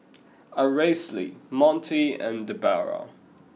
Aracely Montie and Debera